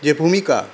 যে ভূমিকা